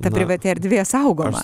ta privati erdvė saugoma